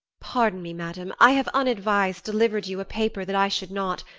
pardon me, madam i have unadvis'd deliver'd you a paper that i should not.